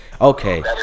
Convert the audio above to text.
Okay